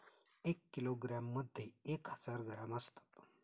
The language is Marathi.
एक किलोग्रॅममध्ये एक हजार ग्रॅम असतात